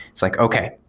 it's like, okay.